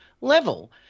level